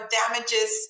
damages